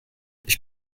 ich